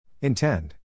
Intend